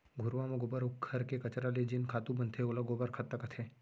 घुरूवा म गोबर अउ घर के कचरा ले जेन खातू बनथे ओला गोबर खत्ता कथें